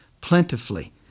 plentifully